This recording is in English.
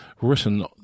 written